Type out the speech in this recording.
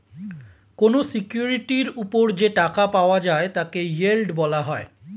কোন সিকিউরিটির উপর যে টাকা পাওয়া যায় তাকে ইয়েল্ড বলা হয়